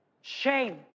Shame